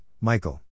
Michael